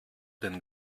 den